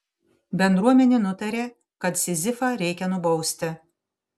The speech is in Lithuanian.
bendruomenė nutarė kad sizifą reikia nubausti